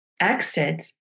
exit